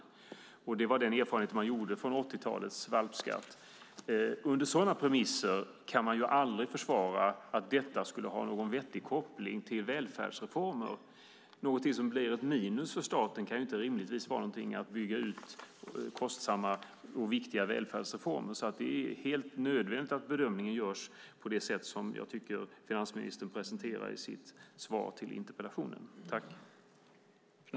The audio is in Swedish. Det var den erfarenhet som man gjorde av 80-talets valpskatt. Under sådana premisser kan man aldrig försvara att detta skulle ha någon vettig koppling till välfärdsreformer. Någonting som blir ett minus för staten kan rimligen inte vara någonting som gör att man bygger ut kostsamma och viktiga välfärdsreformer. Det är därför helt nödvändigt att bedömningen görs på det sätt som jag tycker att finansministern presenterade i sitt svar på interpellationen.